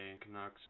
Canucks